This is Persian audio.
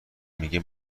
میگه